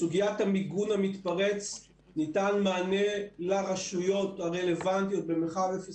בסוגיית המיגון המתפרץ ניתן מענה לרשויות הרלוונטיות במרחב 0 9,